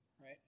right